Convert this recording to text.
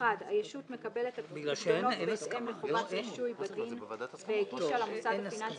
הישות מקבלת פיקדונות בהתאם לחובת רישוי בדין והגישה למוסד הפיננסי